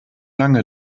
lange